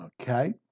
Okay